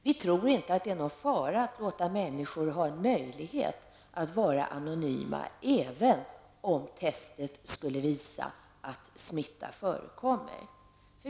Vi tror inte att det är någon fara med att låta människor få möjlighet att vara anonyma, även om testet skulle visa att smitta förekommer.